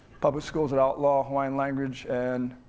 public schools would outlaw hawaiian language and